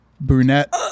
brunette